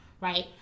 right